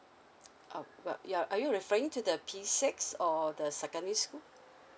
uh well ya are you referring to the P six or the secondary school